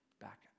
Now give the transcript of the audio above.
back